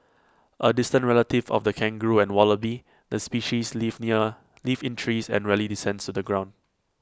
A distant relative of the kangaroo and wallaby the species lives in A lives in trees and rarely descends the ground